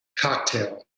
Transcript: cocktail